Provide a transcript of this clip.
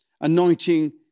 anointing